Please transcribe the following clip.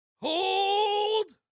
hold